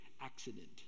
accident